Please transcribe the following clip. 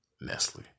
Nestle